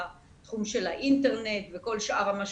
בתחום של האינטרנט וכל שאר המשאבים.